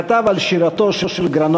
כתב על שירתו של גרנות